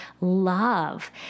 love